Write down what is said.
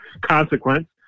consequence